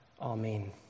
Amen